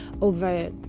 over